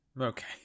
Okay